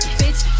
bitch